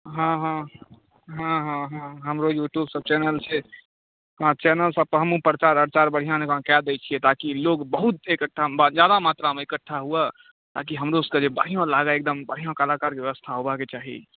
हँ हँ हँ हँ हँ हमरो यूट्यूबसभ चैनल छै हँ चैनलसभ पर हमहूँ प्रचार अर्चार बढ़िआँ जँका कए दैत छियै ताकि लोक बहुत इकठ्ठा भऽ जाय ज्यादा मात्रामे इकठ्ठा हुए ताकि हमरोसभके जे बढ़िआँ लागय एकदम बढ़िआँ कलाकारके व्यवस्था होयबाक चाही